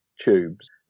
tubes